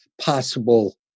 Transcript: possible